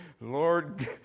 lord